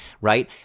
right